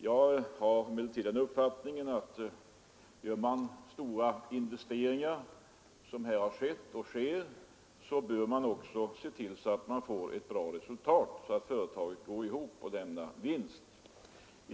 Jag har den uppfattningen att man, om man gör stora investeringar — vilket man gjort och gör här — också bör se till att man får ett bra resultat, så att företaget går ihop och lämnar vinst.